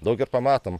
daug ir pamatom